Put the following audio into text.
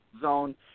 zone